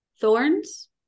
thorns